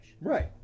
Right